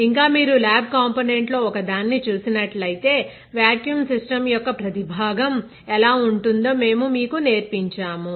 ఇంకా మీరు lab component లో ఒక దానిని చూసినట్లయితే వ్యాక్యూమ్ సిస్టం యొక్క ప్రతి భాగం ఎలా ఉంటుందో మేము మీకు నేర్పించాము